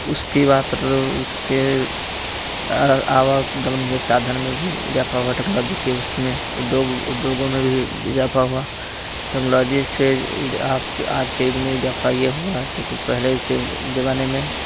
उसकी बात उसके आवागमन के साधन में भी इज़ाफा हुआ वह टेक्नोलॉजी के उसमें उद्योग उद्योगों में भी इज़ाफा हुआ टेक्नोलॉजी से आप आज के युग में इज़ाफा यह हुआ पहले के ज़माने में